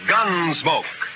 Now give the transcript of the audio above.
Gunsmoke